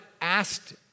asked